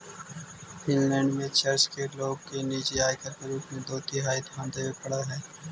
Finland में church के लोग के निजी आयकर के रूप में दो तिहाई धन देवे पड़ऽ हई